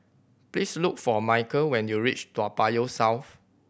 please look for Micheal when you reach Toa Payoh South